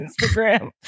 Instagram